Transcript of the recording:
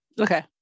Okay